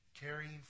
carrying